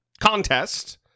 contest